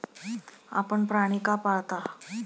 आपण प्राणी का पाळता?